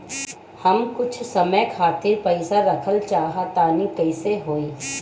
हम कुछ समय खातिर पईसा रखल चाह तानि कइसे होई?